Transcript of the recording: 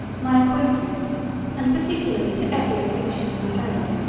my acquaintance and particularly to every affliction of my own,